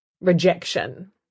rejection